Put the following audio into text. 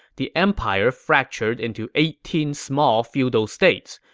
the empire fractured into eighteen small feudal states,